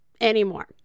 anymore